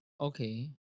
Okay